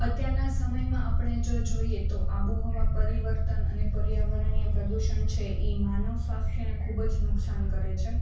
અત્યારના સમયમાં આપણે જો જોઈએ તો આબોહવા પરિવર્તન અને પર્યાવરણીય પ્રદૂષણ છે એ માનવ સ્વાસ્થ્યને ખૂબ જ નુકસાન કરે છે